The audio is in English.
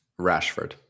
Rashford